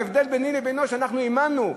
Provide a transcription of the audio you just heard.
ההבדל ביני לבינו, שאנחנו האמנו,